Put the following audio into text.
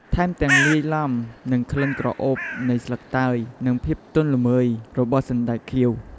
ថែមទាំង លាយឡំនឹងក្លិនក្រអូបនៃស្លឹកតើយ និងភាពទន់ល្មើយរបស់សណ្ដែកខៀវ។